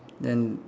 then